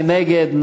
מי נגד?